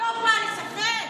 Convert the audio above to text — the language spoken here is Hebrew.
היא לא באה לשחק.